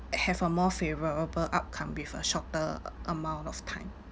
eh have a more favourable outcome with a shorter amount of time